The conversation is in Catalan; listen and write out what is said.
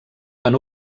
van